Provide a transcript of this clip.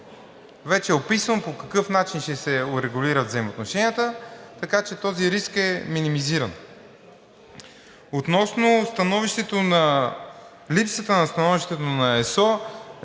Вече описвам по какъв начин ще се урегулират взаимоотношенията, така че този риск е минимизиран. Относно липсата на становище на ЕСО,